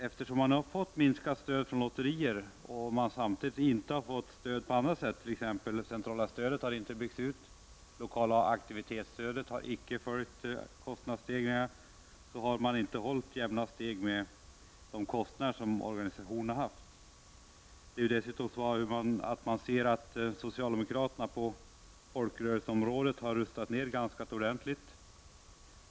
Eftersom stödet har minskat från lotteriernå samtidigt som stöd inte har på annat sätt, t.ex. har det centrala stödet inte byggts ut och det lokala aktivitetsstödet icke följt kostnadsstegringarna, har inte jämna steg hållits med de kostnader som organisationerna har haft. Socialdemokraterna har på folkrörelseområdet rustat ner ganska ordentligt.